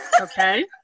Okay